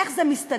איך זה מסתדר?